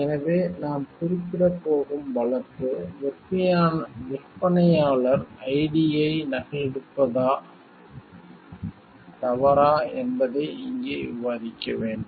எனவே நாம் குறிப்பிடப் போகும் வழக்கு விற்பனையாளர் ஐடியை நகலெடுப்பது தவறா என்பதை இங்கே விவாதிக்க வேண்டும்